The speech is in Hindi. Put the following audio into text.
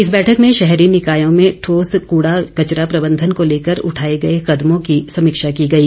इस बैठक में शहरी निकायों में ठोस कड़ा कचरा प्रबंधन को लेकर उठाए गए कदमों की समीक्षा की गई